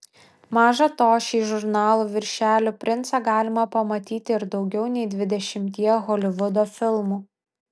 maža to šį žurnalų viršelių princą galima pamatyti ir daugiau nei dvidešimtyje holivudo filmų